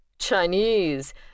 Chinese